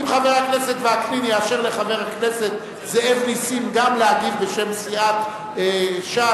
אם חבר הכנסת וקנין יאשר לחבר הכנסת זאב נסים גם להגיב בשם סיעת ש"ס,